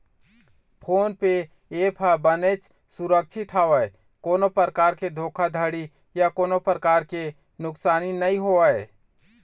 phone पे app ह बनेच सुरक्छित हवय कोनो परकार के धोखाघड़ी या कोनो परकार के नुकसानी नइ होवय